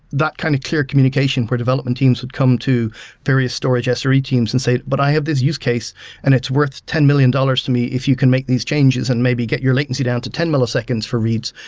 that kind of clear communication for development teams would come to various storage sre teams and say, but i have this use case and it's worth ten million dollars to me if you can make these changes and maybe get your legacy down to ten milliseconds for reads.